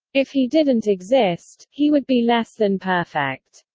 if he didn't exist, he would be less than perfect.